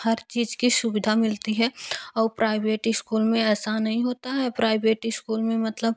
हर चीज़ की सुविधा मिलती है और प्राइवेट इस्कूल में ऐसा नहीं होता है प्राइवेट इस्कूल में मतलब